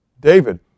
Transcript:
David